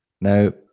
Now